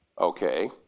Okay